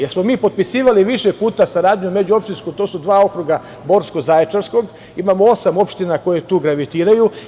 Jer smo mi potpisivali više puta saradnju međuopštinsku, to su dva okruga, Borskog i Zaječarskog, imamo osam opština koje tu gravitiraju.